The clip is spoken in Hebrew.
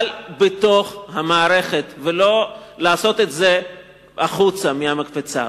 אבל בתוך המערכת, ולא לעשות את זה החוצה, מהמקפצה.